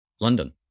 London